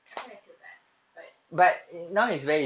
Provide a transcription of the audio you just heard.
I kind of feel bad but ya